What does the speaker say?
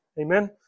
Amen